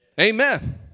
Amen